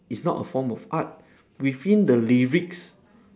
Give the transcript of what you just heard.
is not a form of art within the lyrics